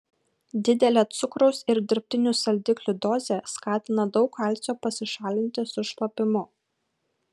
didelė cukraus ir dirbtinių saldiklių dozė skatina daug kalcio pasišalinti su šlapimu